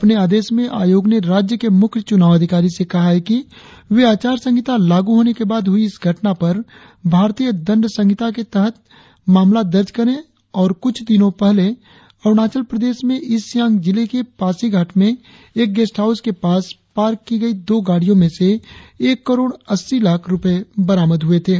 अपने आदेश में आयोग ने राज्य के मुख्य चुनाव अधिकारी से कहा है कि वे आचार संहिता लागू होने के बाद हुई इस घटना पर भारतीय दंड संहिता के तहत मामला दर्ज करे कुछ दिनों पहले अरुणाचल प्रदेश में ईस्ट सियांग जिले के पासीघाट में एक गेस्ट हाउस के पास पार्क की गई दो गाड़ियों में से एक करोड़ अस्सी लाख रुपये बरामद किए थे